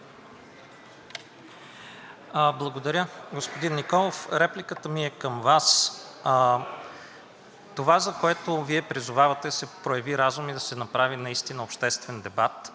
Благодаря. Господин Николов, репликата ми е към Вас. Това, за което Вие призовавате – да се прояви разум и да се направи наистина обществен дебат,